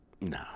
No